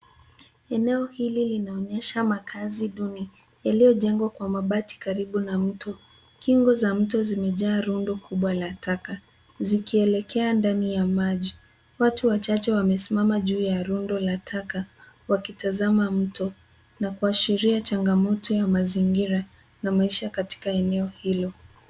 Eneo hili linaonyesha makazi duni iliyojengwa kwa mabati karibu na mto. Kingo za mto zimejaa rundo kubwa la taka. Zikielekea ndani ya maji. Watu wachache wamesimama juu ya rundo la taka wakitazama mto na kuashiria changamoto ya mazingira na maisha katika eneo hilo.